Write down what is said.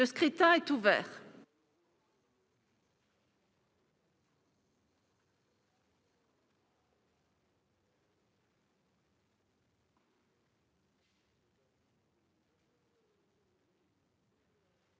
Le scrutin est ouvert.